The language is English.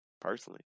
Personally